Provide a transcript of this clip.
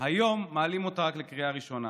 היום מעלים אותה רק לקריאה ראשונה,